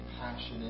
passionate